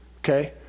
Okay